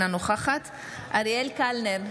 אינה נוכחת אריאל קלנר,